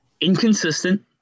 inconsistent